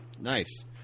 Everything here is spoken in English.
Nice